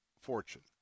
fortune